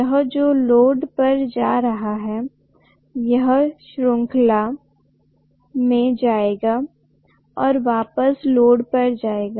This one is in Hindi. यह जो लोड पर जा रहा है यह श्रृंखला में आएगा और वापस लोड पर जाएगा